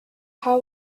how